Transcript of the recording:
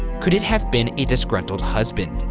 could it have been a disgruntled husband,